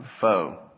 foe